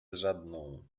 żadną